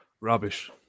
rubbish